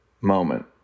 moment